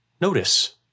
notice